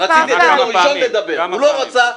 רציתי לתת לו ראשון לדבר, הוא לא רצה.